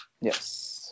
Yes